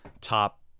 top